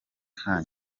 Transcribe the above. nta